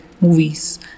Movies